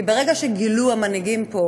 כי ברגע שגילו המנהיגים פה